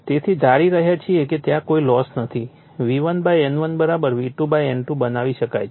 તેથી ધારી રહ્યા છીએ કે ત્યાં કોઈ લોસ નથી V1 N1 V2 N2 બનાવી શકાય છે